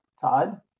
Todd